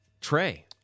Trey